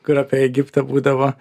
kur apie egiptą būdavo